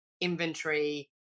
inventory